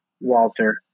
Walter